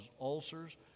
ulcers